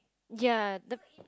ya the